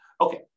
Okay